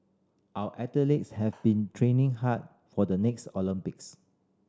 our athletes have been training hard for the next Olympics